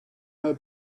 her